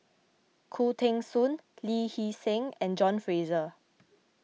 Khoo Teng Soon Lee Hee Seng and John Fraser